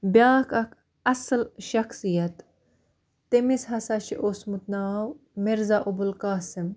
بیٛاکھ اَکھ اصٕل شخصیت تٔمِس ہسا چھُ اوسمُت ناو مِرزا ابوالقاسِم